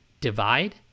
divide